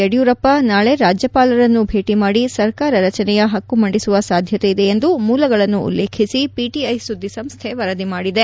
ಯಡಿಯೂರಪ್ಪ ನಾಳೆ ರಾಜ್ಯಪಾಲರನ್ನು ಭೇಟಿ ಮಾಡಿ ಸರ್ಕಾರ ರಚನೆಯ ಪಕ್ಷು ಮಂಡಿಸುವ ಸಾಧ್ಯತೆ ಇದೆ ಎಂದು ಮೂಲಗಳನ್ನು ಉಲ್ಲೇಖಿಸಿ ಪಿಟಿಐ ಸುದ್ದಿಸಂಸ್ವೆ ವರದಿ ಮಾಡಿದೆ